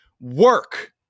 work